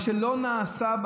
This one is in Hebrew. מה שלא נעשה,